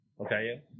Okay